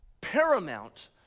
paramount